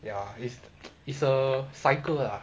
ya it's it's a cycle ah